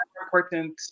important